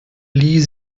lieh